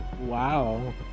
Wow